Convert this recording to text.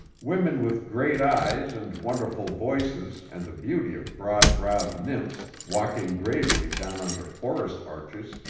women with great eyes and wonderful voices and the beauty of broad-browed nymphs walking gravely down under forest arches,